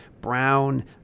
Brown